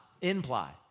imply